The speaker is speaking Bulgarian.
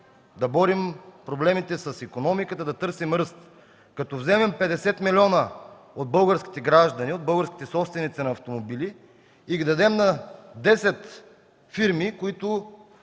да борим проблемите с икономиката, да търсим ръст – като вземем 50 милиона от българските граждани, от българските собственици на автомобили и ги дадем на десет фирми, които